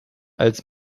als